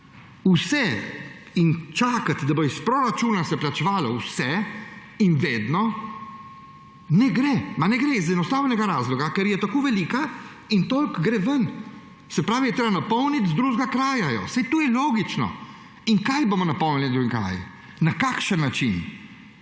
In čakati, da bo iz proračuna se plačevalo vse in vedno, ne gre, ne gre iz enostavnega razloga, ker je tako velika in toliko gre ven. Se pravi, da je treba napolniti iz drugega kraja, saj to je logično. In kaj bomo napolnili, na kakšen način?